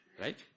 Right